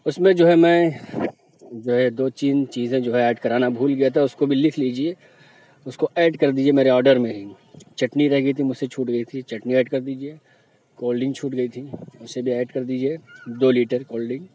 اُس میں جو ہے میں جو ہے دو چین چیزیں ایڈ کرانا بھول گیا تھا اُس کو بھی لِکھ لیجیے اُس کو ایڈ کر دیجیے میرے آڈر میں ہی چٹنی رہ گئی تھی مجھ سے چھوٹ گئی تھی چٹنی ایڈ کر دیجیے کول ڈرنگ چھوٹ گئی تھی اُسے بھی ایڈ کر دیجیے دو لیٹر کول ڈرنگ